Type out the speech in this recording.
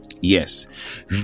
Yes